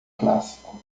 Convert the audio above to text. clássico